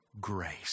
Grace